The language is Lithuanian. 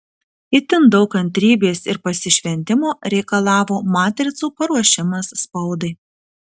itin daug kantrybės ir pasišventimo reikalavo matricų paruošimas spaudai